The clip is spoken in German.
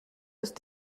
ist